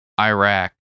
Iraq